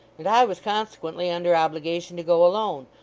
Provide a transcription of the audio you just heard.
and i was consequently under obligation to go alone,